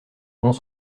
rompt